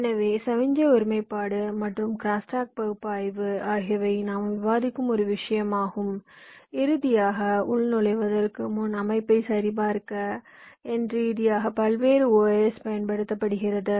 எனவே சமிக்ஞை ஒருமைப்பாடு மற்றும் க்ரோஸ்டாக் பகுப்பாய்வு ஆகியவை நாம் விவாதிக்கும் ஒரு விஷயமாகும் இறுதியாக உள்நுழைவதற்கு முன் அமைப்பை சரிபார்க்க என் ரீதியாக பல்வேறு OS பயன்படுத்தப்படுகிறது